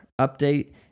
update